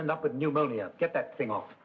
end up with pneumonia get that thing off